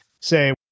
say